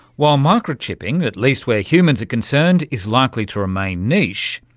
while microchipping, at least where humans are concerned, is likely to remain niche,